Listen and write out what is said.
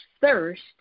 thirst